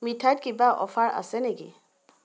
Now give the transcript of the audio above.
মিঠাইত কিবা অ'ফাৰ আছে নেকি